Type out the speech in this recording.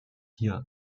hier